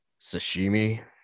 sashimi